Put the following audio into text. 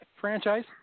franchise